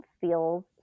feels